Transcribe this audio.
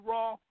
Raw